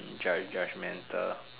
judge~ judgmental